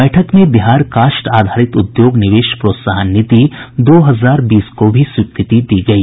बैठक में बिहार काष्ठ आधारित उद्योग निवेश प्रोत्साहन नीति दो हजार बीस को भी स्वीकृति दी गयी